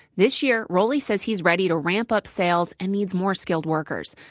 this year, rolih said he's ready to ramp up sales and needs more skilled workers.